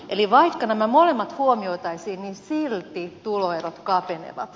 eli vaikka nämä molemmat huomioitaisiin niin silti tuloerot kapenevat